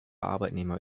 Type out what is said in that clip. arbeitnehmer